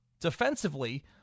defensively